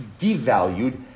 devalued